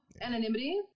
Anonymity